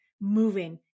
moving